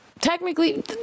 technically